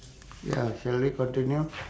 ya shall we continue